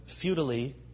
futilely